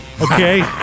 Okay